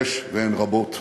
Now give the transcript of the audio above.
יש, והן רבות.